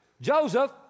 Joseph